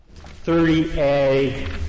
30A